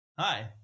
Hi